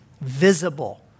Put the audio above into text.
visible